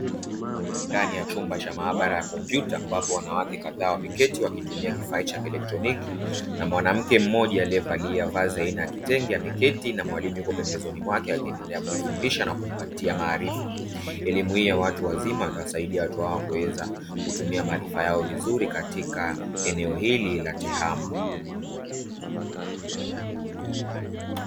Ndani ya chumba cha maabara ya kompyuta, ambapo wanawake kadhaa wameketi wakitumia kifaa cha kielektroniki, na mwanamke mmoja aliyevalia vazi aina ya kitenge ameketi na mwalimu yuko pembezoni mwake akiendelea kumfundisha na kumpatia maarifa. Elimu hii ya watu wazima itawasaidia watu hawa kuweza kutumia maarifa yao vizuri katika eneo hili la tehama.